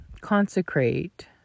consecrate